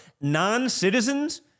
Non-citizens